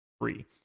free